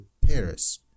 Paris